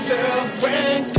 Girlfriend